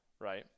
right